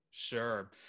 Sure